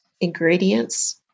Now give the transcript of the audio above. ingredients